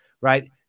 right